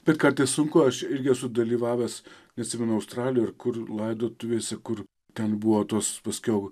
bet kartais sunku aš irgi esu dalyvavęs neatsimenu australijoj ar kur laidotuvėse kur ten buvo tos paskiau